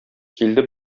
килде